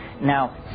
Now